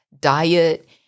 diet